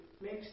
makes